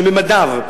שממדיו,